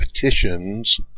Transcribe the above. petitions